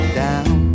down